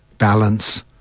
balance